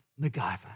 MacGyver